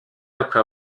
après